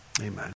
Amen